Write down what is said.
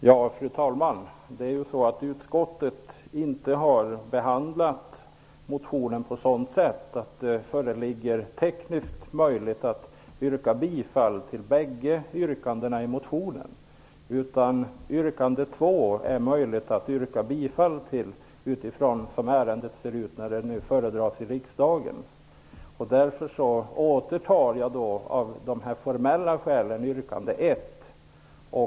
Fru talman! Det är så att utskottet inte har behandlat motionen på ett sådant sätt att det är tekniskt möjligt att yrka bifall till bägge yrkandena i motionen. Det är möjligt att yrka bifall till yrkande 2, som ärendet ser ut när det nu föredras i riksdagen. Därför återtar jag, av formella skäl, mitt tidigare yrkande.